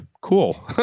Cool